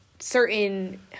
certain